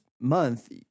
month